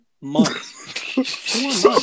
months